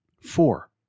Four